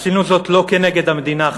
עשינו זאת לא כנגד המדינה,